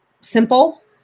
simple